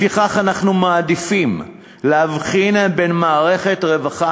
לפיכך אנחנו מעדיפים להבחין בין מערכת רווחה